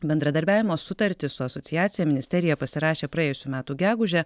bendradarbiavimo sutartį su asociacija ministerija pasirašė praėjusių metų gegužę